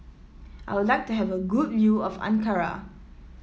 I would like to have a good view of Ankara